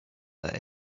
that